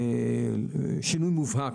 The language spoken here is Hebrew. נקרא לזה שינוי מובהק